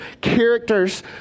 characters